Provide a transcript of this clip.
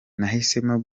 nahisemo